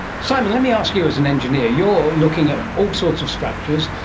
simon let me ask you as and engineer, you're looking at all sorts of structures,